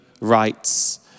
rights